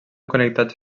connectats